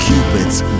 Cupid's